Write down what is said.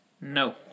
No